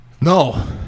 No